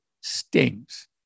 stings